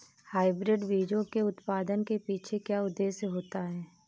Hybrid बीजों के उत्पादन के पीछे क्या उद्देश्य होता है?